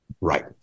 Right